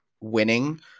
winning